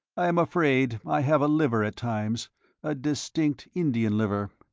i am afraid i have a liver at times a distinct indian liver.